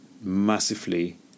massively